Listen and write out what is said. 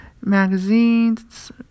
magazines